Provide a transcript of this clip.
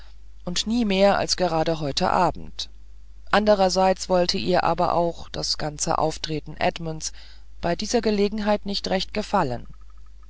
und nie mehr als gerade heute abend andererseits wollte ihr aber auch das ganze auftreten edmunds bei dieser gelegenheit nicht recht gefallen